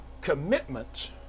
commitment